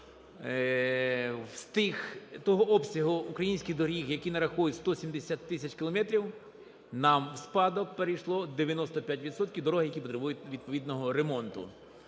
з тих, того обсягу українських доріг, які нараховують 170 тисяч кілометрів, нам у спадок перейшло 95 відсотків дороги, які потребують відповідного ремонту.